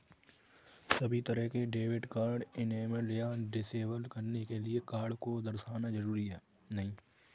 सभी तरह के डेबिट कार्ड इनेबल या डिसेबल करने के लिये कार्ड को दर्शाना जरूरी नहीं है